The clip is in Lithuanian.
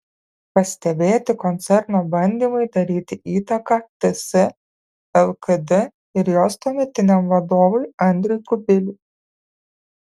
pastebėti koncerno bandymai daryti įtaką ts lkd ir jos tuometiniam vadovui andriui kubiliui